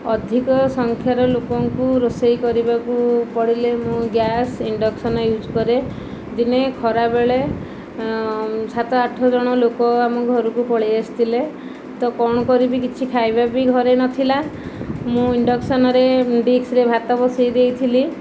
ଅଧିକ ସଂଖ୍ୟାରେ ଲୋକଙ୍କୁ ରୋଷେଇ କରିବାକୁ ପଡ଼ିଲେ ମୁଁ ଗ୍ୟାସ ଇଂଡକସନ୍ ୟୁଜ୍ କରେ ଦିନେ ଖରାବେଳେ ସାତ ଆଠଜଣ ଲୋକ ଆମ ଘରକୁ ପଳେଇଆସିଥିଲେ ତ କଣ କରିବି କିଛି ଖାଇବା ବି ଘରେ ନ ଥିଲା ମୁଁ ଇଂଡକସନରେ ଡିସ୍କରେ ଭାତ ବସେଇ ଦେଇଥିଲି